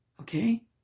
okay